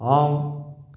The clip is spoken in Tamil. ஆம்